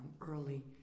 early